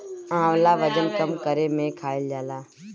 आंवला वजन कम करे में खाईल जाला